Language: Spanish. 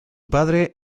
padre